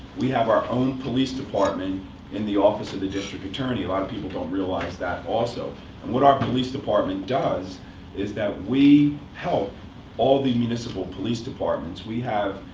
we have our own police department in the office of the district attorney. a lot of people don't realize that, also. and what our police department does is that we help all the municipal police departments. we have,